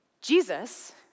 Jesus